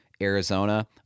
Arizona